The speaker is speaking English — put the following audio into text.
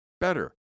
better